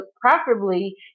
preferably